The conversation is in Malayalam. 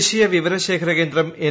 ദേശീയ വിവര ശേഖര കേന്ദ്രം എൻ